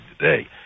today